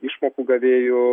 išmokų gavėjų